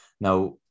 Now